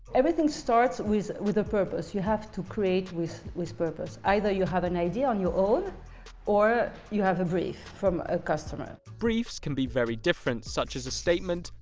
everything starts with with a purpose. you have to create with with purpose. either you have an idea on your own or you have a brief from a customer. briefs can be very different such as a statement,